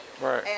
Right